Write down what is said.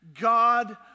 God